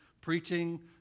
preaching